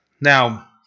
Now